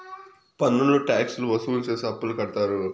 పన్నులు ట్యాక్స్ లు వసూలు చేసి అప్పులు కడతారు